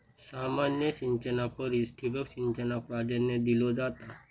सामान्य सिंचना परिस ठिबक सिंचनाक प्राधान्य दिलो जाता